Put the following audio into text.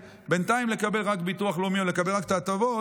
בינתיים לקבל רק ביטוח לאומי או לקבל רק את ההטבות,